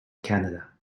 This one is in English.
canada